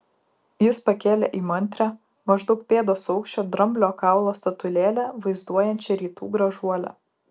jis pakėlė įmantrią maždaug pėdos aukščio dramblio kaulo statulėlę vaizduojančią rytų gražuolę